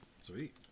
Sweet